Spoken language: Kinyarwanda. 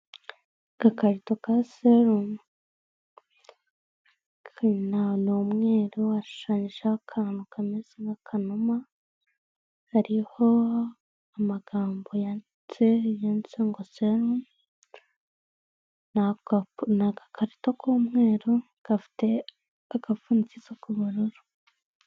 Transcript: Agakarito ka serumu, ni umweru, hashushanyijeho akantu kameze nk'akanuma, hariho amagambo yanditse yanditseho ngo serumu, ni agakarito k'umweru gafite agapfundikizo k'ubururu.